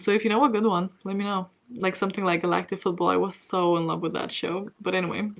so if you know a good one, let me know. like something like galactik football. i was so in love with that show. but anyway,